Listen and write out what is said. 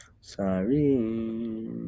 Sorry